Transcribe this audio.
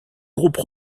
groupe